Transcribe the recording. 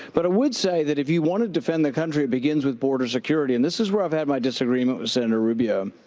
but i would say that if you want to defend the country, it begins with border security. and this is where i've had my disagreement with senator rubio.